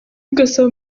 gasabo